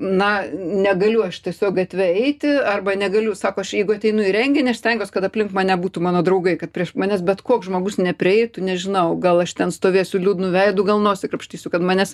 na negaliu aš tiesiog gatve eiti arba negaliu sako aš jeigu ateinu į renginį aš stengiuos kad aplink mane būtų mano draugai kad prieš mane bet koks žmogus neprieitų nežinau gal aš ten stovėsiu liūdnu veidu gal nosį krapštysiu kad manęs